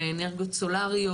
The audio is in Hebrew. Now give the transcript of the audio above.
באנרגיות סולריות.